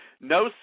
No